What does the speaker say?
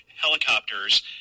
helicopters